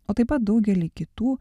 o taip pat daugelį kitų